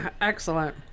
excellent